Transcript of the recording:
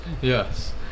Yes